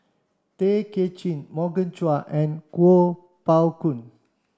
Tay Kay Chin Morgan Chua and Kuo Pao Kun